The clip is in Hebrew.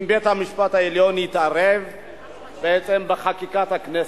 אם בית-המשפט העליון יתערב בחקיקת הכנסת.